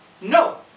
No